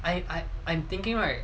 I I I'm thinking right